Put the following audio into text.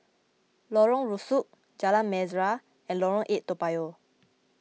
Lorong Rusuk Jalan Mesra and Lorong eight Toa Payoh